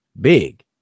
Big